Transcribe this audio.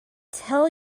tell